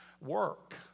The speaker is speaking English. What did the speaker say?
Work